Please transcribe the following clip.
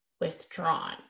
withdrawn